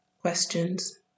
Questions